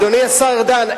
אדוני השר ארדן,